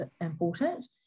important